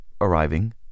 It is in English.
arriving